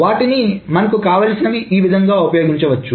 వాటిని మనకు కావలసినవి ఈ విధముగా ఉపయోగించవచ్చు